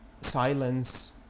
silence